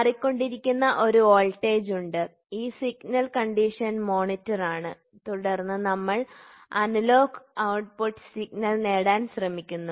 മാറിക്കൊണ്ടിരിക്കുന്ന ഒരു വോൾട്ടേജ് ഉണ്ട് ഈ സിഗ്നൽ കണ്ടീഷൻ മോണിറ്ററാണ് തുടർന്ന് നമ്മൾ അനലോഗ് ഔട്ട്പുട്ട് സിഗ്നൽ നേടാൻ ശ്രമിക്കുന്നു